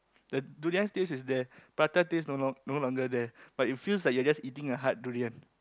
the durian's taste is there prata taste no long no longer there but it feels like you're just eating a hard durian